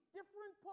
different